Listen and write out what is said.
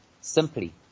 Simply